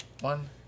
One